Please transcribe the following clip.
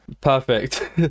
Perfect